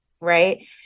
right